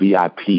VIP